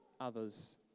others